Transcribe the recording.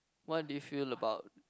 what do you feel about